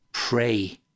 Pray